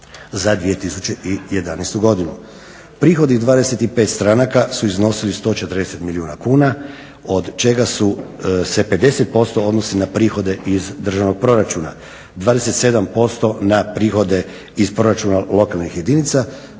za 2011. godinu. Prihodi 25 stranaka su iznosili 140 milijuna kuna od čega se 50% odnosi na prihode iz državnog proračuna, 27% na prihode iz proračuna lokalnih jedinica